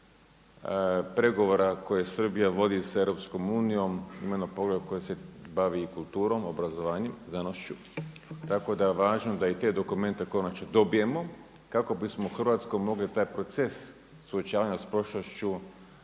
pregovora koje Srbija vodi sa Europskom unijom, ima jedno poglavlje koje se bavi i kulturom, obrazovanjem, znanošću. Tako da je važno da i te dokumente konačno dobijemo, kako bismo u Hrvatskoj mogli taj proces suočavanja sa prošlošću